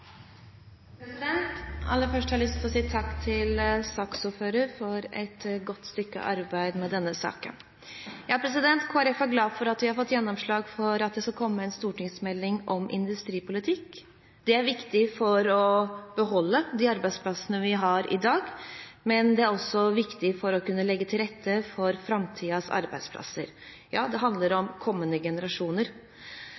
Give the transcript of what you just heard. Aller først har jeg lyst til å si takk til saksordføreren for et godt stykke arbeid i denne saken. Kristelig Folkeparti er glad for at vi har fått gjennomslag for at det skal komme en stortingsmelding om industripolitikk. Det er viktig for å beholde de arbeidsplassene vi har i dag, men det er også viktig for å kunne legge til rette for framtidens arbeidsplasser. Ja, det handler om kommende generasjoner.